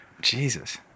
Jesus